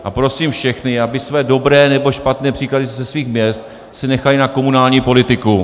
A prosím všechny, aby si své dobré nebo špatné příklady ze svých měst nechali na komunální politiku.